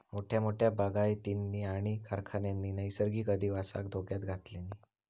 मोठमोठ्या बागायतींनी आणि कारखान्यांनी नैसर्गिक अधिवासाक धोक्यात घातल्यानी